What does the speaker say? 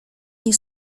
nie